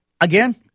again